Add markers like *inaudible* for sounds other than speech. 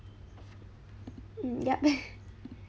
mm yup *laughs*